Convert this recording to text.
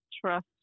trust